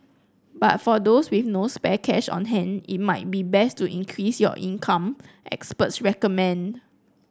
but for those with no spare cash on hand it might be best to increase your income experts recommend